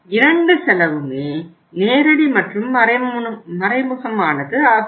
இரண்டு செலவுமே நேரடி மற்றும் மறைமுகமானது ஆகும்